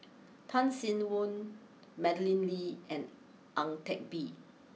Tan Sin Aun Madeleine Lee and Ang Teck Bee